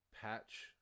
patch